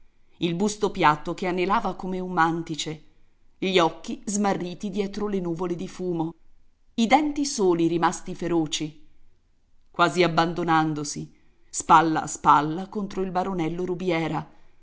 il busto piatto che anelava come un mantice gli occhi smarriti dietro le nuvole di fumo i denti soli rimasti feroci quasi abbandonandosi spalla a spalla contro il baronello rubiera